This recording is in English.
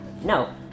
No